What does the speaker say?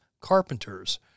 carpenters